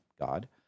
God